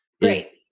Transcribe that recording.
Right